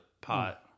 pot